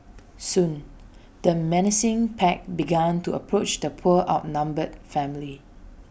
soon the menacing pack began to approach the poor outnumbered family